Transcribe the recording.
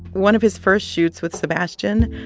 one of his first shoots with sebastian,